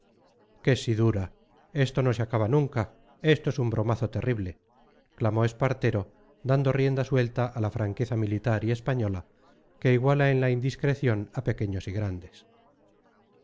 que si dura esto no se acaba nunca esto es un bromazo terrible clamó espartero dando rienda suelta a la franqueza militar y española que iguala en la indiscreción a pequeños y grandes